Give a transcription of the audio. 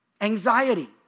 anxiety